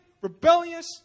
rebellious